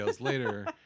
later